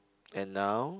and now